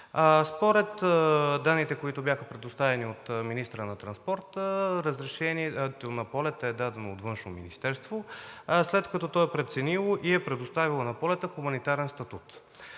Според данните, които бяха предоставени от министъра на транспорта, разрешението на полета е дадено от Външно министерство, след като то е преценило и е предоставило на полета хуманитарен статут.